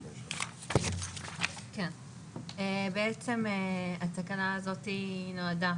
התקנה הזאת נועדה